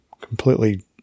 completely